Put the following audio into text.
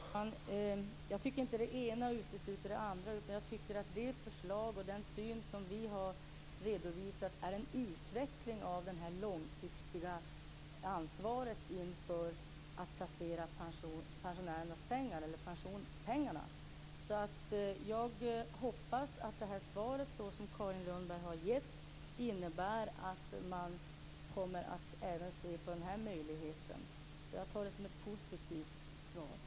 Fru talman! Jag tycker inte att det ena utesluter det andra, utan jag tycker att det förslag och den syn som vi har redovisat är en utveckling av det långsiktiga ansvaret för att placera pensionspengarna. Jag hoppas att det svar som Carin Lundberg har gett innebär att man kommer att se även på denna möjlighet, så jag tar det som ett positivt svar.